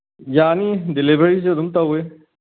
ꯌꯥꯅꯤ ꯗꯤꯂꯤꯚꯔꯤꯁꯨ ꯑꯗꯨꯝ ꯇꯧꯋꯤ